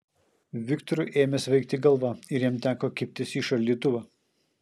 viktorui ėmė svaigti galva ir jam teko kibtis į šaldytuvą